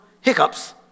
hiccups